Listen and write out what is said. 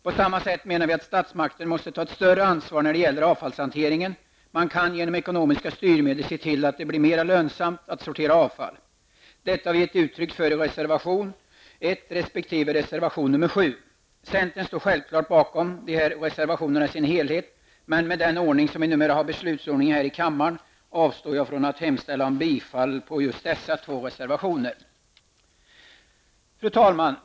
På samma sätt menar vi att statsmakterna måste ta större ansvar när det gäller avfallshanteringen. Man kan genom ekonomiska styrmedel se till att de blir mera lönsamt att sortera avfall. Detta har vi gett uttryck för i reservation 1 resp. reservation nr 7. Centern står självklart bakom dessa i sin helhet men med den ordning vi numera har beslutsordningen här i kammaren avstår jag från att hemställa om bifall på dessa två reservationer. Fru talman!